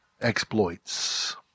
exploits